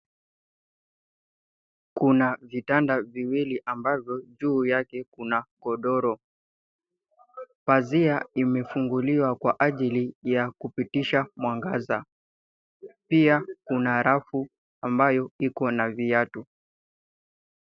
Kuna vitanda viwili ambavyo juu yake kuna godoro. Pazia imefunguliwa kwa ajili ya kupitisha mwangaza. Pia kuna rafu ambayo iko na viatu.